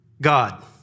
God